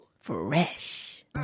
fresh